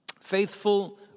faithful